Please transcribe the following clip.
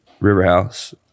riverhouse